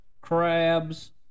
crabs